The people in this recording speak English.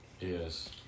Yes